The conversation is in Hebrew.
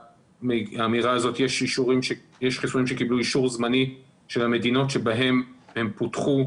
יש חיסונים שקיבלו אישור של המדינות בהן הם פותחו